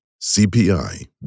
CPI